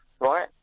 Right